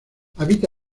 habita